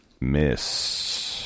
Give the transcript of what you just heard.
Miss